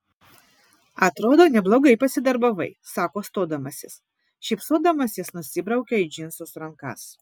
atrodo neblogai pasidarbavai sako stodamasis šypsodamasis nusibraukia į džinsus rankas